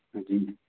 जी